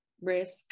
Risk